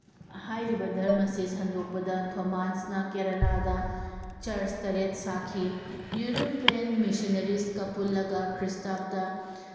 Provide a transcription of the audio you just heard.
ꯍꯥꯏꯔꯤꯕ ꯙꯔꯃꯁꯦ ꯁꯟꯗꯣꯛꯄꯗ ꯊꯣꯃꯥꯁꯅ ꯀꯦꯔꯦꯂꯥꯗ ꯆꯔꯆ ꯇꯔꯦꯠ ꯁꯥꯈꯤ ꯌꯨꯔꯣꯄ꯭ꯔꯦꯟ ꯃꯤꯁꯣꯅꯔꯤꯀ ꯄꯨꯜꯂꯒ ꯈ꯭ꯔꯤꯁꯇꯄꯇ